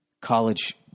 college